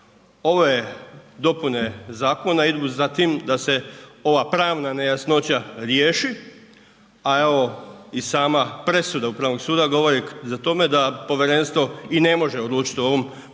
Ove dopune zakona idu za tim da se ova pravna nejasnoća riješi, a evo i sama presuda Upravnog suda govori o tome da povjerenstvo i ne može odlučiti o ovom predmetu,